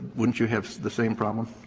wouldn't you have the same problem